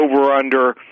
over-under